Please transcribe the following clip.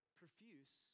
profuse